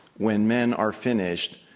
when men are finished,